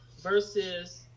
versus